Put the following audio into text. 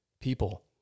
people